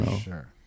Sure